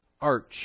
arch